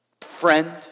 friend